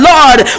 Lord